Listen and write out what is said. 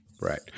Right